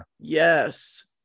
Yes